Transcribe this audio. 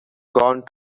gone